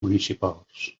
municipals